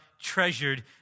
treasured